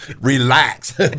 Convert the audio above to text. relax